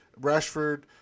Rashford